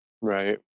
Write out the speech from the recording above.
Right